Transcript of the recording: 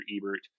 Ebert